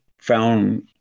found